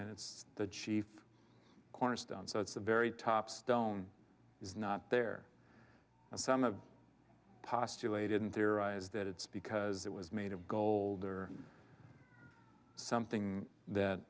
and it's the chief cornerstone so it's the very top stone is not there and some of postulated theorize that it's because it was made of gold or something that